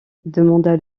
demanda